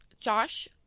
Josh